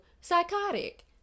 psychotic